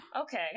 okay